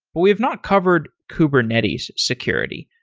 but we have not covered kubernetes security.